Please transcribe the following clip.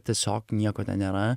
tiesiog nieko ten nėra